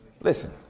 listen